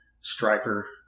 Striper